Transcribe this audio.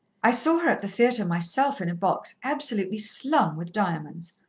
i saw her at the theatre myself, in a box, absolutely slung with diamonds.